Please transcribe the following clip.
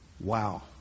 Wow